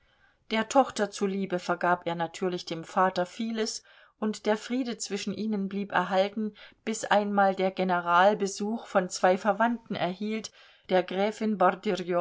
der tochter zuliebe vergab er natürlich dem vater vieles und der friede zwischen ihnen blieb erhalten bis einmal der general besuch von zwei verwandten erhielt der gräfin